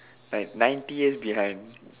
like ninety years behind